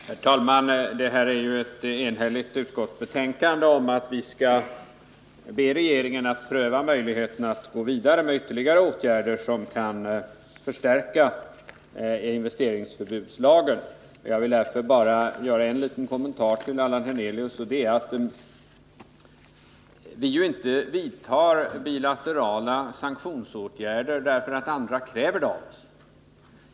Herr talman! Utrikesutskottets betänkande är enhälligt och utmynnar i att vi skall be regeringen att pröva möjligheterna att gå vidare med ytterligare åtgärder som kan förstärka investeringsförbudslagen. Jag vill därför bara göra en liten kommentar till Allan Hernelius, och det är att vi ju inte vidtar bilaterala sanktionsåtgärder därför att andra kräver det av oss.